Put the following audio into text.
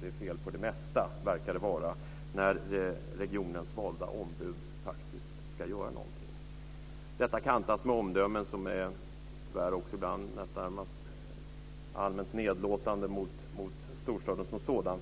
Det verkar vara fel på det mesta när regionens valda ombud faktiskt ska göra någonting. Detta kantas med omdömen som tyvärr ibland är närmast allmänt nedlåtande mot storstaden som sådan.